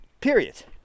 period